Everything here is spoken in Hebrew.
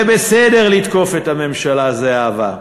זה בסדר לתקוף את הממשלה, זהבה,